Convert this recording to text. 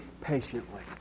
patiently